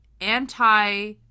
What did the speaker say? anti-